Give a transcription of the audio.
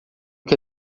que